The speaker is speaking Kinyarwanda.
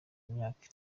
imyaka